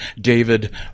david